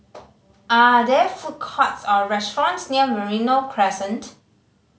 are there food courts or restaurants near Merino Crescent